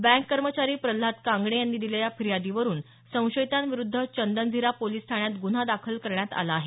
bank कर्मचारी प्रल्हाद कांगणे यांनी दिलेल्या फिर्यादीवरून संशयितांविरुध्द चंदनझिरा पोलीस ठाण्यात ग्रन्हा दाखल करण्यात आला आहे